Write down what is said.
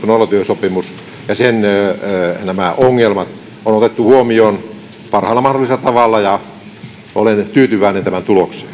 nollatyösopimus ja sen ongelmat on otettu huomioon parhaalla mahdollisella tavalla olen tyytyväinen tämän